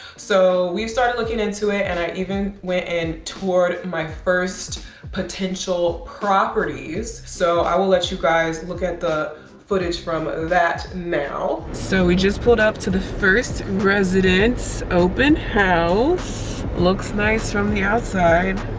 so we've started looking into it and i even went and toured my first potential properties. so i will let you guys look at the footage from that now. so we just pulled up to the first residence open house. looks nice from the outside.